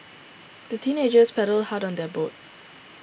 the teenagers paddled hard on their boat